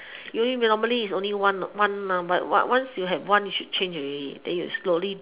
you normally it's only one ah but once you have one you should change already then you slowly